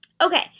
okay